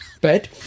bed